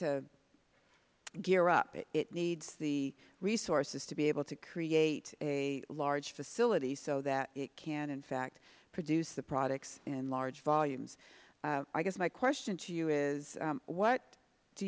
to gear up it needs the resources to be able to create a large facility so that it can in fact produce the products in large volumes i guess my question to you is what do